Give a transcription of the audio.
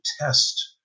test